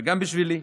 וגם בשבילי,